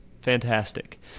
Fantastic